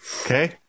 Okay